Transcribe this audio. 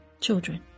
children